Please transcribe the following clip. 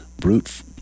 brute